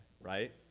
right